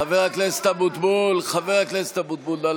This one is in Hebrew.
חבר הכנסת אבוטבול, נא